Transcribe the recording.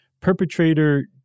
perpetrator